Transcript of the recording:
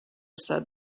said